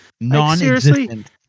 Non-existent